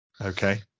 Okay